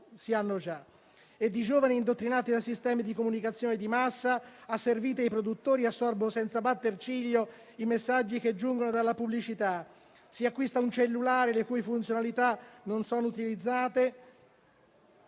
possiedono già. I giovani, indottrinati da sistemi di comunicazione di massa e asserviti ai produttori, assorbono senza batter ciglio i messaggi che giungono dalla pubblicità. Si acquista un cellulare, le cui funzionalità non sono utilizzate